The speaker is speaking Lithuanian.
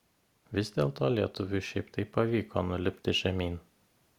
vis dėlto lietuviui šiaip taip pavyko nulipti žemyn